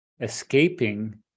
escaping